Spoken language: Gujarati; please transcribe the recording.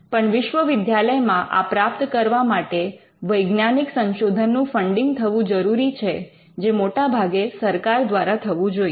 પણ વિશ્વવિદ્યાલયમાં આ પ્રાપ્ત કરવા માટે વૈજ્ઞાનિક સંશોધનનું ફંડિંગ થવું જરૂરી છે જે મોટાભાગે સરકાર દ્વારા થવું જોઈએ